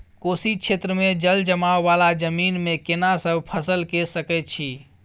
कोशी क्षेत्र मे जलजमाव वाला जमीन मे केना सब फसल के सकय छी?